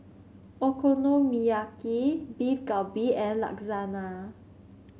Okonomiyaki Beef Galbi and Lasagna